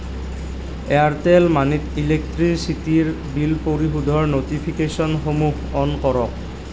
Airtel মানিত ইলেক্ট্ৰিচিটীৰ bill পৰিশোধৰ ন'টিফিকেশ্যনসমূহ অন কৰক